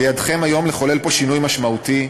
בידכם היום לחולל שינוי משמעותי.